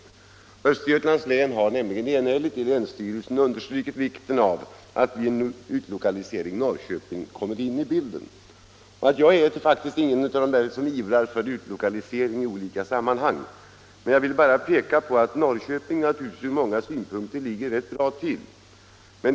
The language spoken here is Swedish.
Länsstyrelsen i Östergötlands län har nämligen enhälligt understrukit vikten av att en utlokalisering till Norrköping kommer med i bilden. Jag är inte den som ivrar för utlokalisering i olika sammanhang; jag vill bara peka på att Norrköping från många synpunkter ligger rätt bra till.